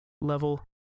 level